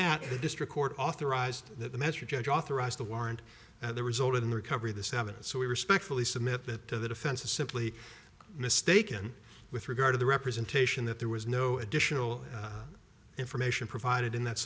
the district court authorized the measure judge authorized the warrant and the result in the recovery of the seven so we respectfully submit that the defense is simply mistaken with regard to the representation that there was no additional information provided in that